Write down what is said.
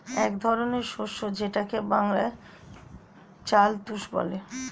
এক ধরনের শস্য যেটাকে বাংলায় চাল চুষ বলে